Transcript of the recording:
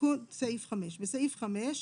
תיקון סעיף 5 2. בסעיף 5,